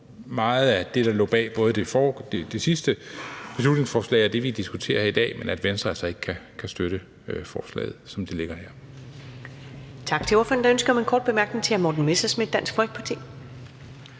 meget af det, der lå bag både det sidste beslutningsforslag og det, vi diskuterer her, men at Venstre altså ikke kan støtte forslaget, som det ligger her.